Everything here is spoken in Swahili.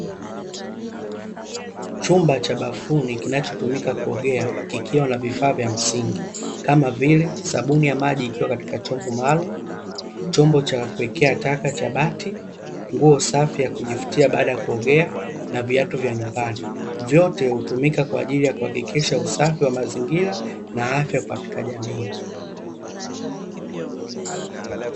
Chumba cha bafuni kinachotumika kuogea kikiwa na vifaa vya msingi kama vile sabuni ya maji ikiwa katika chombo maalumu , chombo cha kuekea taka cha bati, nguo safi ya kujifutia baada ya kuogea,, na viatu vya nyumbani; vyote hutumika kwa ajili ya kuhakikisha usafi wa mazingira na afya katika jamii.